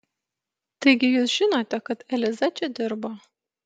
taigi jūs žinote kad eliza čia dirbo